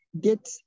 get